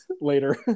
later